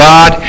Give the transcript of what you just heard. God